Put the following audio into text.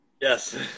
Yes